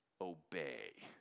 obey